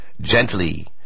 gently